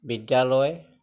বিদ্যালয়